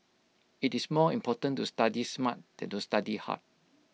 IT is more important to study smart than to study hard